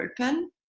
open